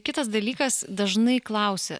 kitas dalykas dažnai klausia